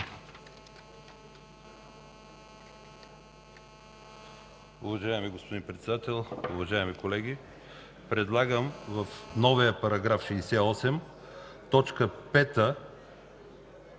Уважаеми господин Председател, уважаеми колеги! Предлагам в новия § 68,